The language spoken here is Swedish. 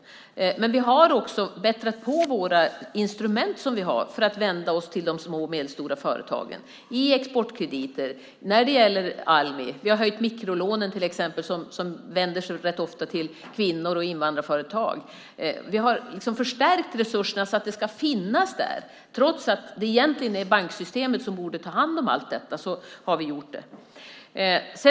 Men vi har också bättrat på våra instrument för att vända oss till de små och medelstora företagen i exportkrediter och när det gäller Almi. Vi har till exempel höjt mikrolånen, som ofta vänder sig till kvinnor och invandrarföretag. Vi har förstärkt resurserna så att de ska finas där. Det har vi gjort trots att det egentligen är banksystemet som borde ta hand om allt detta.